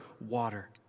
water